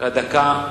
יש לך דקה.